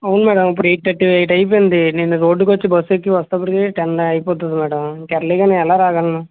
అవును మేడం ఇప్పుడు eight thirty eight అయిపోయింది నేను రోడ్కి వచ్చి బస్సు ఎక్కి వచ్చేసరికి టెన్ అయిపోతుంది మేడం ఇంకా ఎర్లీగా నేనేలా రాగలను